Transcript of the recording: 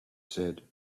said